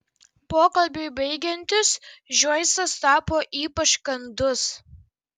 pokalbiui baigiantis džoisas tapo ypač kandus